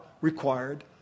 required